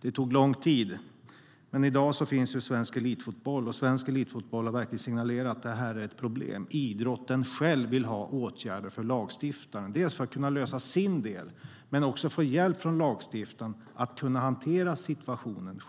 Det tog lång tid, men i dag finns Svensk Elitfotboll som verkligen har signalerat att det här är ett problem. Idrotten själv vill ha åtgärder från lagstiftaren, både för att kunna lösa sin del och för att få hjälp från lagstiftaren att själv hantera situationen.